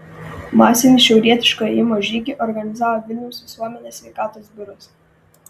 masinį šiaurietiško ėjimo žygį organizavo vilniaus visuomenės sveikatos biuras